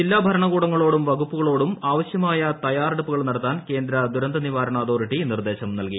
ജില്ലാഭരണകൂടങ്ങളോടും വകുപ്പുകളോടും ആവശ്യമായ തയ്യറെടുപ്പുകൾ നടത്താൻ കേന്ദ്ര ദുരന്ത നിവാരണ അതോറിറ്റി നിർദേശം നൽകി